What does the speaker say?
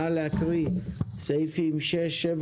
נא להקריא סעיפים 6, 7,